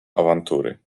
awantury